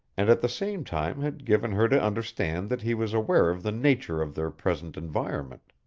and at the same time had given her to understand that he was aware of the nature of their present environment.